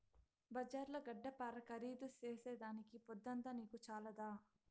బజార్ల గడ్డపార ఖరీదు చేసేదానికి పొద్దంతా నీకు చాలదా